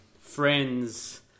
Friends